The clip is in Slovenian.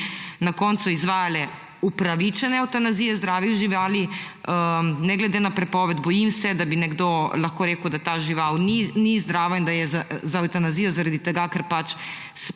na koncu izvajale upravičene evtanazije zdravih živali ne glede na prepoved. Bojim se, da bi nekdo lahko rekel, da ta žival ni zdrava in da je za evtanazijo zaradi tega, ker pač recimo